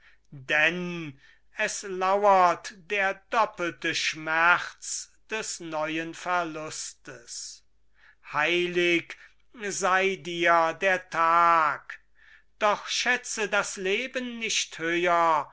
denn es lauert der doppelte schmerz des neuen verlustes heilig sei dir der tag doch schätze das leben nicht höher